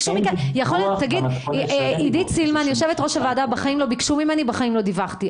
יכול להיות שתגיד שבחיים לא ביקשו ממך ובחיים לא דיווחת.